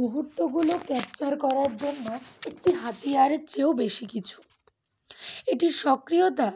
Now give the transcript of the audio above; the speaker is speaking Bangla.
মুহূর্তগুলো ক্যাপচার করার জন্য একটি হাতিয়ারের চেয়েও বেশি কিছু এটির সক্রিয়তা